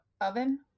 oven